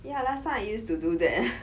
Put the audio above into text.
ya last time I used to do that